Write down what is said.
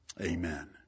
Amen